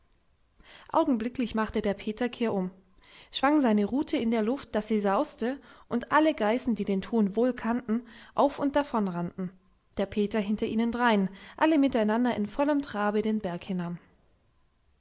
augenblicklich machte der peter kehrum schwang seine rute in der luft daß sie sauste und alle geißen die den ton wohl kannten auf und davon rannten der peter hinter ihnen drein alle miteinander in vollem trabe den berg hinan